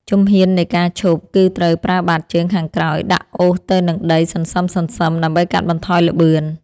ជំហាននៃការឈប់ គឺត្រូវប្រើបាតជើងខាងក្រោយដាក់អូសទៅនឹងដីសន្សឹមៗដើម្បីកាត់បន្ថយល្បឿន។